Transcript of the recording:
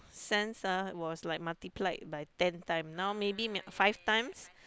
sense ah was like multiplied by ten times now maybe five times